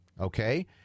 okay